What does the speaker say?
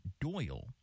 Doyle